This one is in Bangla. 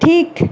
ঠিক